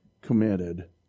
committed